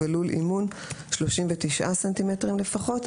ובלול אימון 39 סנטימטרים לפחות.